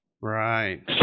Right